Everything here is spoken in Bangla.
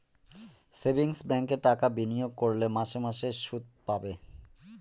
সেভিংস ব্যাঙ্কে টাকা বিনিয়োগ করলে মাসে মাসে শুদ পাবে